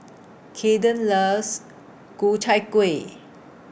Kayden loves Ku Chai Kueh